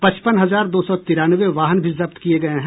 पचपन हजार दो सौ तिरानवे वाहन भी जब्त किये गये हैं